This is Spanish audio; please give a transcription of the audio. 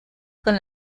con